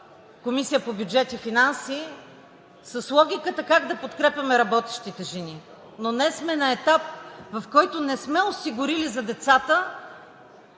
Комисията по бюджет и финанси с логиката как да подкрепяме работещите жени. Но днес сме на етап, в който не сме осигурили за децата